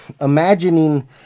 imagining